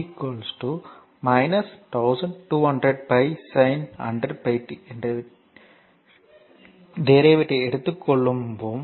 V 1200 pi sin 100πt என்ற டெரிவேடிவை எடுத்துக் கொள்ளுவோம்